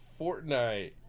Fortnite